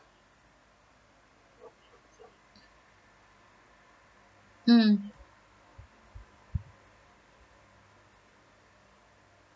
mm